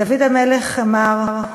דוד המלך אמר: